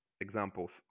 examples